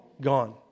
gone